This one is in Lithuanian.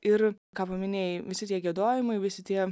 ir ką paminėjai visi tie giedojimai visi tie